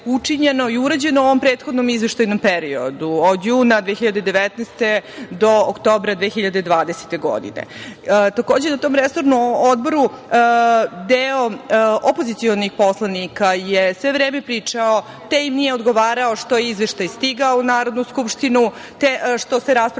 učinjeno i urađeno u ovom prethodnom izveštajnom periodu, od juna 2019. do oktobra 2020. godine? Takođe, na tom resornom Odboru deo opozicionih poslanika je sve vreme pričao – te im nije odgovaralo što je izveštaj stigao u Narodnu skupštinu, što se raspravlja